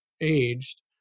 aged